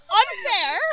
unfair